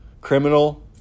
criminal